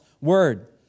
word